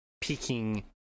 peeking